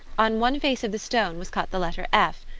on one face of the stone was cut the letter f,